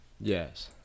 Yes